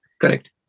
Correct